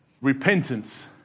Repentance